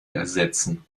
ersetzen